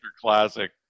classic